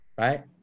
right